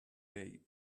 day